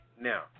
Now